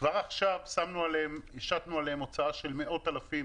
כבר עכשיו השתנו עליהם הוצאה של מאות אלפים,